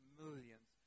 millions